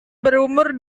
berumur